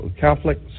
Catholic